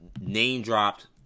name-dropped